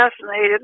fascinated